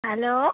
hello